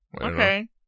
Okay